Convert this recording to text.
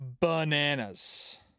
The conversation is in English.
bananas